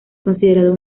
considerado